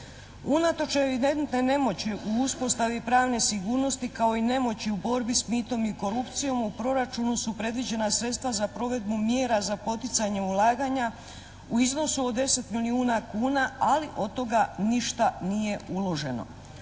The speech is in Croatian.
Unatoč evidentne nemoći u uspostavi pravne sigurnosti kao i nemoći u borbi s mitom i korupcijom u proračunu su predviđena sredstva za provedbu mjera za poticanje ulaganja u iznosu od 10 milijuna kuna, ali od toga ništa nije uloženo.